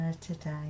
today